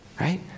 right